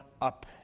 up